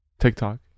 TikTok